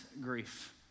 grief